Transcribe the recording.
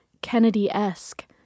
Kennedy-esque